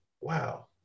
Wow